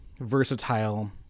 versatile